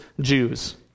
Jews